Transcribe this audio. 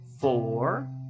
four